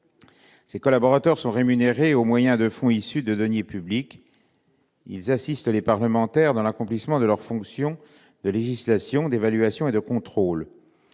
Ces collaborateurs sont rémunérés au moyen de fonds issus de deniers publics. Ils assistent les parlementaires dans l'accomplissement de leurs fonctions de législation, d'évaluation et de contrôle,